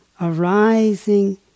arising